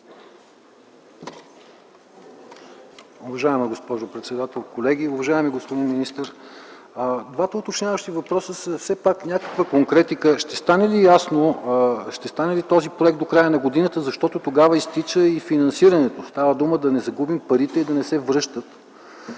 Уважаема госпожо председател, колеги, уважаеми господин министър! Двата уточняващи въпроса са все пак някаква конкретика ще стане ли този проект до края на годината, защото тогава изтича и финансирането. Става дума да не загубим парите и да не се връщат,